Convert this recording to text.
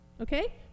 Okay